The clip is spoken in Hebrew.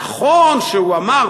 נכון שהוא אמר,